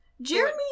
Jeremy